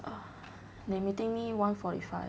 ah they meeting me one fourty five